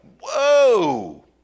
whoa